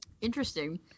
Interesting